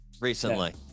recently